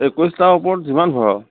একৈছটাৰ ওপৰত যিমান ভৰাওঁ